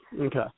Okay